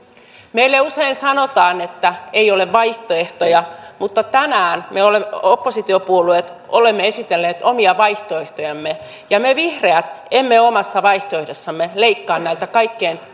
meille usein sanotaan että ei ole vaihtoehtoja mutta tänään me oppositiopuolueet olemme esitelleet omia vaihtoehtojamme ja me vihreät emme omassa vaihtoehdossamme leikkaa näiltä kaikkein